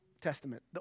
Testament